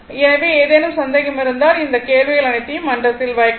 எனவே ஏதேனும் சந்தேகம் இருந்தால் அந்த கேள்விகள் அனைத்தையும் மன்றத்தில் வைக்கலாம்